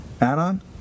add-on